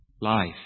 life